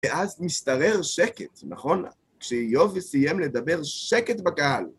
ואז נשתרר שקט, נכון, כשאיוב סיים לדבר שקט בקהל.